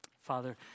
Father